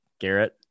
Garrett